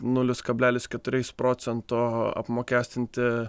nulis kablelis kuturiais procento apmokestinti